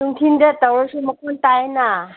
ꯅꯨꯡꯊꯤꯟꯗ ꯇꯧꯔꯁꯨ ꯃꯈꯣꯅ ꯇꯥꯏꯌꯦꯅ